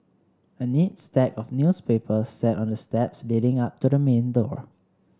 a neat stack of newspapers sat on the steps leading up to the main door